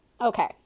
Okay